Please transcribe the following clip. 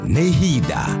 Nehida